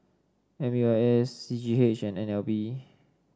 M U I S C G H and N L B